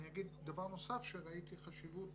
אני אומר שדבר נוסף שראיתי בו חשיבות